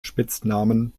spitznamen